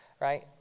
right